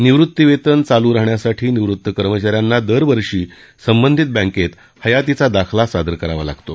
निवृत्तीवेतन चालू राहण्यासाठी निवृत्त कर्मचाऱ्यांना दरवर्षी संबधित बँकेत हयातीचा दाखला सादर करावा लागतो